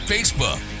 Facebook